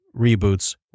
reboots